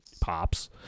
pops